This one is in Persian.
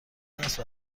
اسب